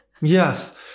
yes